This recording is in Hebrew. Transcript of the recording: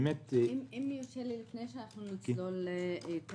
אם יורשה לי לפני שאנחנו נצלול יותר.